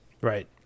Right